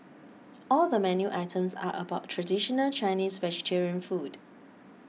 all the menu items are about traditional Chinese vegetarian food